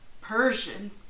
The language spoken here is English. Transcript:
Persian